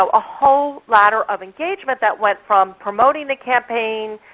a whole ladder of engagement that went from promoting the campaign,